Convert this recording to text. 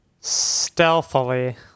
Stealthily